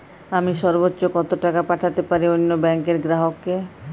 আমি সর্বোচ্চ কতো টাকা পাঠাতে পারি অন্য ব্যাংক র গ্রাহক কে?